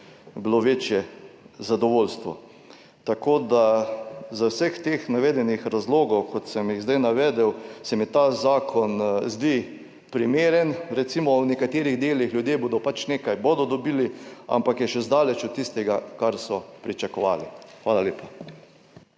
bilo večje zadovoljstvo. Tako da iz vseh teh navedenih razlogov, kot sem jih zdaj navedel, se mi ta zakon zdi primeren, recimo, v nekaterih delih bodo pač ljudje nekaj dobili, ampak je še zdaleč od tistega, kar so pričakovali. Hvala lepa.